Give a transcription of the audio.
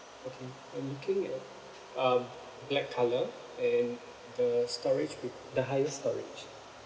okay I'm looking at um black colour and the storage would the highest storage